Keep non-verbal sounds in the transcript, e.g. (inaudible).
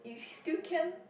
you (breath) still can